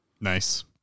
nice